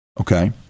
okay